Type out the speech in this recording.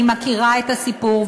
אני מכירה את הסיפור,